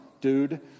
dude